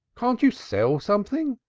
can't you sell something?